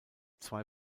zwei